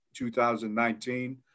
2019